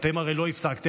אתם הרי לא הפסקתם,